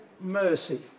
mercy